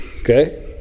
Okay